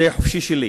זה התרגום החופשי שלי.